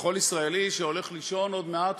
וכל ישראלי שהולך לישון עוד מעט,